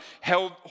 held